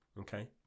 okay